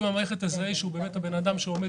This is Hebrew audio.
אם המערכת תזהה שהוא באמת האדם שעומד